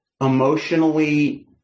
emotionally